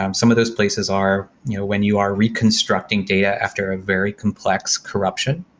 um some of those places are when you are reconstructing data after a very complex corruption,